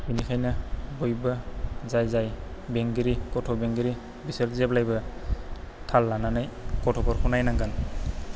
बिनिखायनो बयबो जाय जाय बेंगिरि गथ' बेंगिरि बिसोर जेब्लाबो थाल लानानै गथ'फोरखौ नायनांगोन